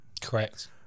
Correct